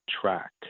track